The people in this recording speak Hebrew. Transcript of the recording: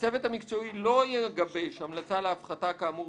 יבוא: "הצוות המקצועי לא יגבש המלצה להפחתה כאמור